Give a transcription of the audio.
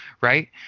right